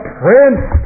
prince